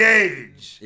age